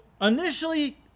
initially